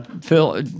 Phil